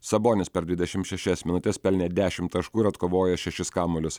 sabonis per dvidešimt šešias minutes pelnė dešimt taškų ir atkovojo šešis kamuolius